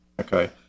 okay